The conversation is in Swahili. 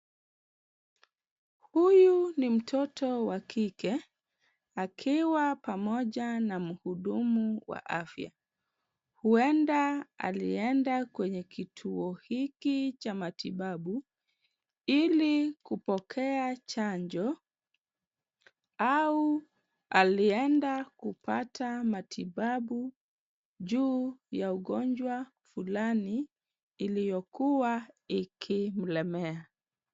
Huyu ni mtoto wa kike akiwa pamoja na mhudumu wa afya. Huenda alienda kwenye kituo hiki cha matibabu ili kupokea chanjo au alienda kupata matibabu juu ya ugonjwa fulani iliyokuwa ikimlemea.